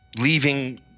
leaving